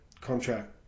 contract